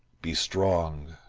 be strong.